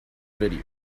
video